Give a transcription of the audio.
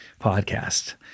podcast